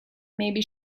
maybe